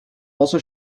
also